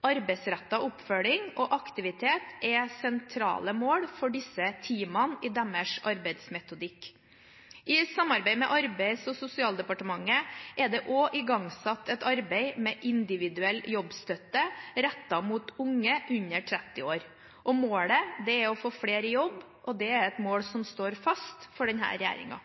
oppfølging og aktivitet er sentrale mål for disse teamene i deres arbeidsmetodikk. I samarbeid med Arbeids- og sosialdepartementet er det også igangsatt et arbeid med individuell jobbstøtte rettet mot unge under 30 år. Målet er å få flere i jobb, og det er et mål som står fast for denne regjeringen.